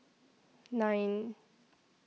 nine